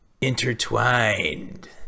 intertwined